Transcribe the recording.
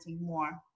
more